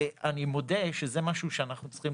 ואני מודה שזה משהו שאנחנו צריכים